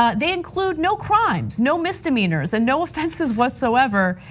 ah they include no crimes, no misdemeanors, and no offenses whatsoever.